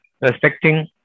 respecting